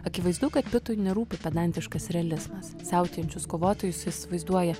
akivaizdu kad pitui nerūpi pedantiškas realizmas siautėjančius kovotojus jis vaizduoja